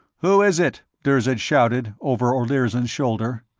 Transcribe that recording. who is it? dirzed shouted, over olirzon's shoulder.